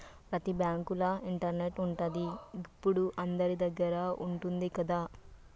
ప్రతి బాంకుల ఇంటర్నెటు ఉంటది, గిప్పుడు అందరిదగ్గర ఉంటంది గదా